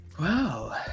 Wow